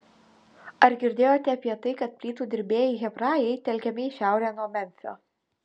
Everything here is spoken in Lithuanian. ar girdėjote apie tai kad plytų dirbėjai hebrajai telkiami į šiaurę nuo memfio